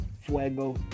Fuego